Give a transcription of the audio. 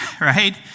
right